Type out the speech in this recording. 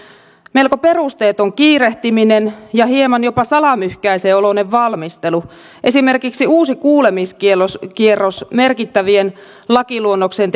melko perusteeton kiirehtiminen ja hieman jopa salamyhkäisen oloinen valmistelu esimerkiksi uusi kuulemiskierros merkittävien lakiluonnokseen